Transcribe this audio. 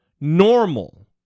normal